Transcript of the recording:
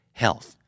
health